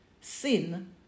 sin